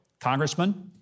Congressman